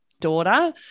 daughter